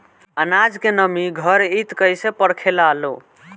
आनाज के नमी घरयीत कैसे परखे लालो?